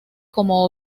como